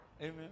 amen